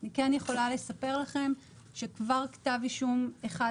אני יכולה לספר לכם שכתב אישום אחד כבר